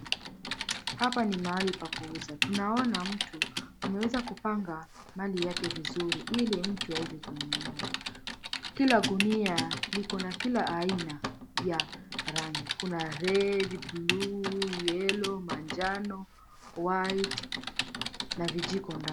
Hapa ni mahali pa kuuza. Tunaona mtu ameweza kupanga mali yake vizuri ili mtu aweze kununua. Kila gunia liko na kila aina ya rangi kuna red, blue, yellow , manjano, white na vijiko ndani.